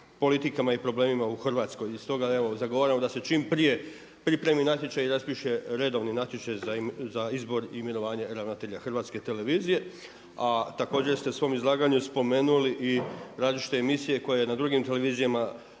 politikama i problemima u Hrvatskoj. I stoga evo zagovaramo da se čim prije pripremi natječaj i raspiše redovni natječaj za izbor i imenovanje ravnatelja Hrvatske televizije. A također ste u svom izlaganju spomenuli i različite emisije koje na drugim televizijama